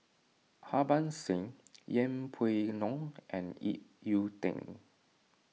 Harbans Singh Yeng Pway Ngon and Ip Yiu Tung